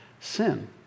sin